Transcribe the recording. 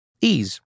Ease